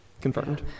Confirmed